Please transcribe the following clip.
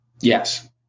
Yes